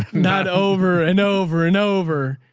not over and over and over,